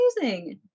amazing